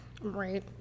Right